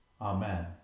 Amen